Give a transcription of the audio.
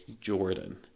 Jordan